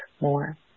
more